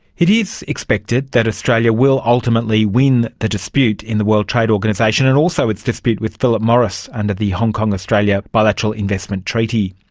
it is expected that australia will ultimately win the dispute in the world trade organisation, and also its dispute with philip morris under the hong kong-australia bilateral investment treaty.